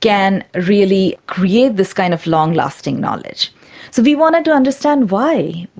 can really create this kind of long-lasting knowledge. so we wanted to understand why,